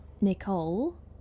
Nicole